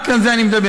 רק על זה אני מדבר.